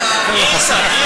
כך.